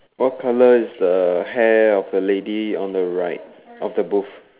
what colour is the hair of the lady on the right of the booth